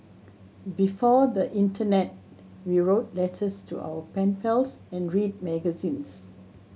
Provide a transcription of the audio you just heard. before the internet we wrote letters to our pen pals and read magazines